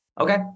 Okay